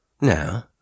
Now